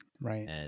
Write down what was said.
Right